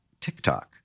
TikTok